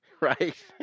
Right